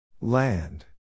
Land